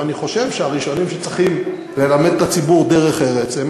ואני חושב שהראשונים שצריכים ללמד את הציבור דרך ארץ הם